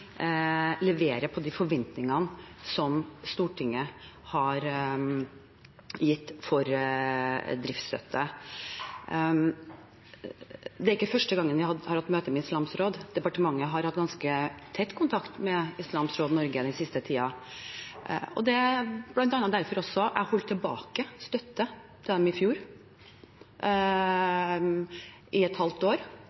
ikke første gang vi har hatt møte med Islamsk Råd Norge. Departementet har hatt ganske tett kontakt med Islamsk Råd Norge den siste tiden. Det er bl.a. derfor jeg holdt tilbake støtte til dem i fjor